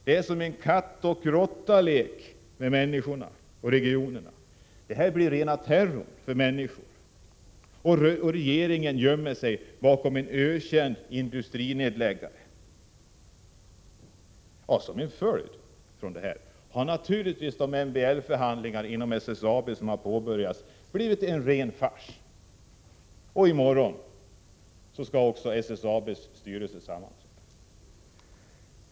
Det är som en kattoch råttalek med människorna och regionerna, som blir rena terrorn. Regeringen gömmer sig bakom en ökänd industrinedläggare. Som en följd av detta har de påbörjade MBL-förhandlingarna inom SSAB blivit en ren fars. I morgon skall SSAB:s styrelse sammanträda.